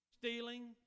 stealing